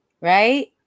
right